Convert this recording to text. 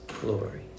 glory